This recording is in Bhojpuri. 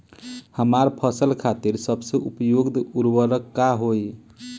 हमार फसल खातिर सबसे उपयुक्त उर्वरक का होई?